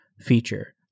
feature